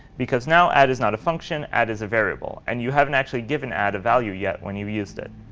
because now add is not a function, add is a variable. and you haven't actually given add a value yet when you used it.